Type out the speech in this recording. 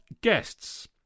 guests